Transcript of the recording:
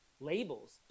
labels